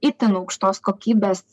itin aukštos kokybės